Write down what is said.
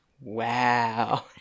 Wow